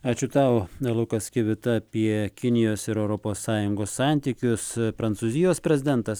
ačiū tau lukas kivita apie kinijos ir europos sąjungos santykius prancūzijos prezidentas